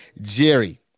Jerry